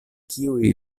kiuj